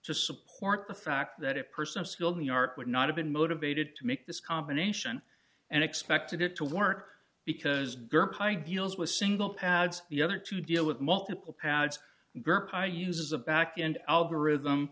to support the fact that a person skilled new york would not have been motivated to make this combination and expected it to work because grp ideals was single pads the other two deal with multiple pads grp i use as a back end algorithm